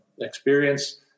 experience